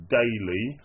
daily